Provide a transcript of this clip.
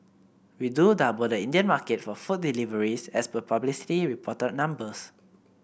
we do double the Indian market for food deliveries as per publicly reported numbers